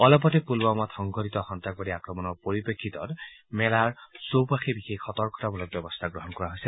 অলপতে পুলৱামাত সংঘটিত সন্তাসবাদী আক্ৰমণৰ পৰিপ্ৰেক্ষিতত মেলাৰ চৌপাশে বিশেষ সতৰ্কতামূলক ব্যৱস্থা গ্ৰহণ কৰা হৈছে